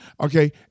Okay